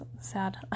sad